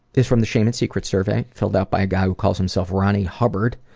is from the shame and secrets survey, filled out by a guy who calls himself ronnie hubbard,